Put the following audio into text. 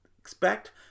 expect